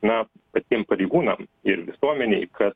na patiem pareigūnam ir visuomenei kad